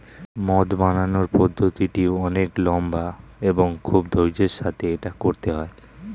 মদ বানানোর পদ্ধতিটি অনেক লম্বা এবং খুব ধৈর্য্যের সাথে এটা করতে হয়